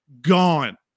gone